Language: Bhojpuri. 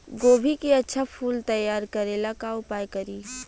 गोभी के अच्छा फूल तैयार करे ला का उपाय करी?